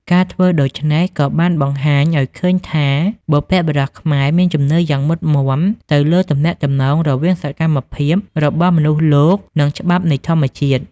ការធ្វើដូច្នេះក៏បានបង្ហាញឲ្យឃើញថាបុព្វបុរសខ្មែរមានជំនឿយ៉ាងមុតមាំទៅលើទំនាក់ទំនងរវាងសកម្មភាពរបស់មនុស្សលោកនិងច្បាប់នៃធម្មជាតិ។